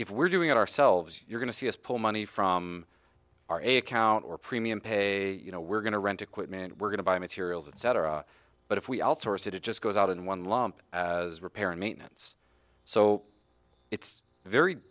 if we're doing it ourselves you're going to see us pull money from our air count or premium pay you know we're going to rent equipment we're going to buy materials etc but if we outsource it it just goes out in one lump as repair and maintenance so it's very